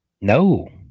No